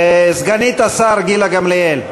סגנית השר גילה גמליאל.